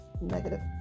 negative